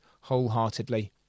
wholeheartedly